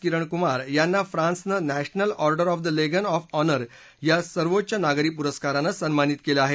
किरण कुमार यांना फ्रान्सनं national order of the legion of honour या सर्वोच्च नागरी पुरस्कारानं सन्मानित केलं आहे